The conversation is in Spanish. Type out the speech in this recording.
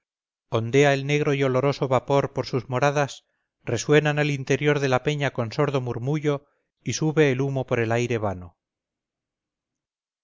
ondea el negro y oloroso vapor por sus moradas resuenan el interior de la peña con sordo murmullo y sube el humo por el aire vano